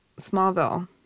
Smallville